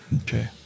Okay